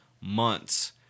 months